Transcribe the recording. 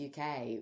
UK